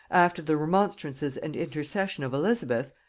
after the remonstrances and intercession of elizabeth,